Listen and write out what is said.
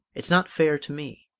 it's not fair to me.